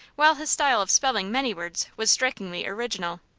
while his style of spelling many words was strikingly original.